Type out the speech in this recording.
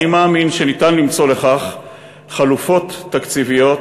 אני מאמין שניתן למצוא לכך חלופות תקציביות